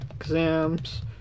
exams